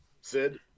Sid